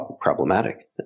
problematic